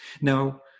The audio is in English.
Now